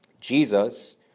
Jesus